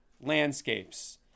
landscapes